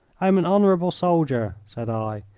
i am an honourable soldier, said i.